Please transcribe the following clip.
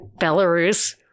Belarus